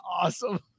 awesome